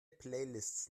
playlists